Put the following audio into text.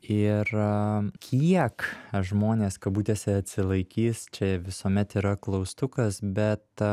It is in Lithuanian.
ir kiek žmonės kabutėse atsilaikys čia visuomet yra klaustukas bet